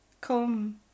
Come